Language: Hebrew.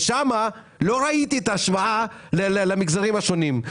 ושם לא ראיתי את ההשוואה למגזרים השונים.